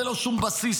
ללא שום בסיס,